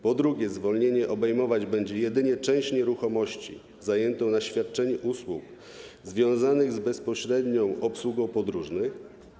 Po drugie, zwolnienie obejmować będzie jedynie część nieruchomości zajętą na świadczenie usług związanych z bezpośrednią obsługą podróżnych.